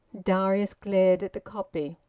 darius glared at the copy.